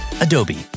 Adobe